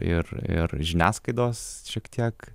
ir ir žiniasklaidos šiek tiek